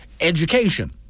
education